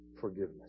Forgiveness